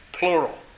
plural